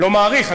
לא מעריך,